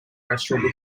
restaurant